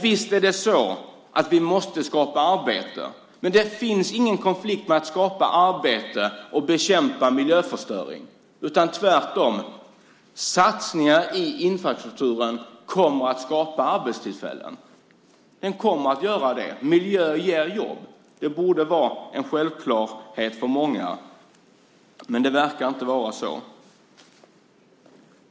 Visst måste vi skapa arbeten, men det finns ingen konflikt mellan att skapa arbeten och bekämpa miljöförstöringen. Tvärtom kommer satsningar på infrastrukturen att skapa arbetstillfällen. Miljö ger jobb. Det borde vara en självklarhet för många, men det verkar inte vara så.